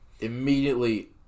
Immediately